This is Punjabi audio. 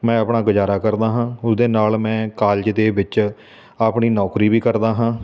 ਮੈਂ ਆਪਣਾ ਗੁਜ਼ਾਰਾ ਕਰਦਾ ਹਾਂ ਉਹਦੇ ਨਾਲ ਮੈਂ ਕਾਲਜ ਦੇ ਵਿੱਚ ਆਪਣੀ ਨੌਕਰੀ ਵੀ ਕਰਦਾ ਹਾਂ